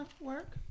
Work